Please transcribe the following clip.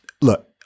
look